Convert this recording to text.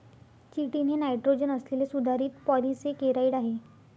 chitin हे nitrogen असलेले सुधारित पॉलिसेकेराइड आहे